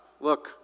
Look